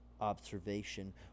observation